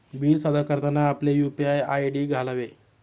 bill सादर करताना आपले यू.पी.आय आय.डी घालावे